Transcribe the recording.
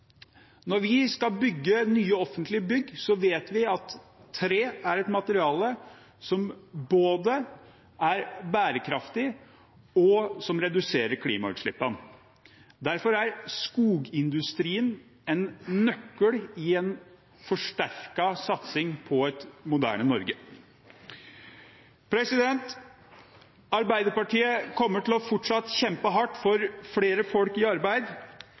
Når vi skal bygge nye offentlige bygg, vet vi at tre er et materiale som både er bærekraftig og reduserer klimautslippene. Derfor er skogindustrien en nøkkel i en forsterket satsing på et moderne Norge. Arbeiderpartiet kommer fortsatt til å kjempe hardt for flere folk i arbeid,